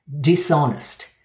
dishonest